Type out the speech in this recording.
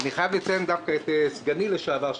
אני חייב לציין את סגני לשעבר,